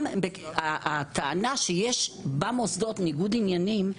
גם הטענה שיש במוסדות ניגוד עניינים,